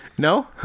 No